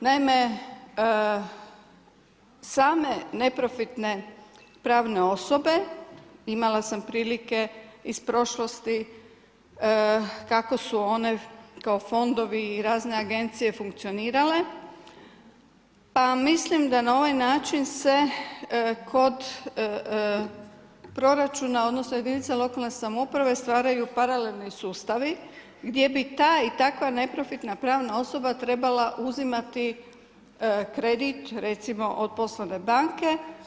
Naime, same neprofitne pravne osobe, imala sam prilike iz prošlosti, kako su one kao fondovi i razne agencije funkcionirale, pa mislim da na ovaj način se kod proračuna, odnosa jedinica lokalne samouprave stvaraju paralelni sustavi, gdje bi ta i takva neprofitna pravna osoba trebala uzimati kredit, recimo od Poslovne banke.